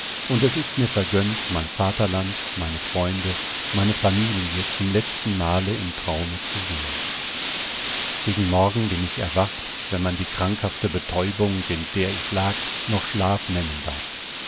und es ist mir vergönnt mein vaterland meine freunde meine familie zum letzten male im traume zu sehen gegen morgen bin ich erwacht wenn man die krankhafte betäubung in der ich lag noch schlaf nennen darf